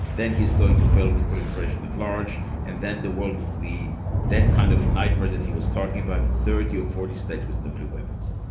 then he's going to fail with proliferation at large and then the world will be that kind of nightmare that he was talking about thirty or forty states with nuclear weapons.